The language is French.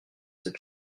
cette